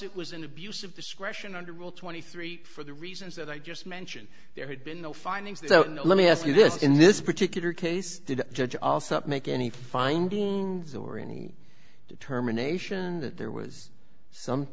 it was an abuse of discretion under rule twenty three for the reasons that i just mentioned there had been no findings that oh no let me ask you this in this particular case did judge alsop make any finding or any determination that there was some